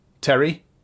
Terry